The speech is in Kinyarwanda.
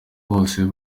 bose